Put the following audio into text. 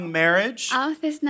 marriage